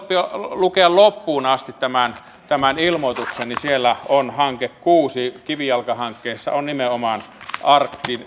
lukea loppuun asti tämän tämän ilmoituksen niin siellä on hanke kuudennessa kivijalkahankkeessa on nimenomaan arktisen